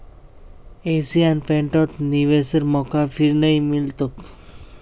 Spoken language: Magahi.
एशियन पेंटत निवेशेर मौका फिर नइ मिल तोक